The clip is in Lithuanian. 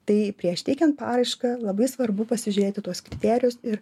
tai prieš teikiant paraišką labai svarbu pasižiūrėti tuos kriterijus ir